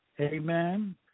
Amen